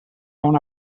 una